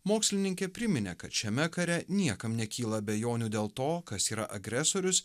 mokslininkė priminė kad šiame kare niekam nekyla abejonių dėl to kas yra agresorius